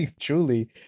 Truly